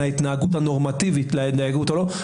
ההתנהגות הנורמטיבית להתנהגות הלא נורמטיבית,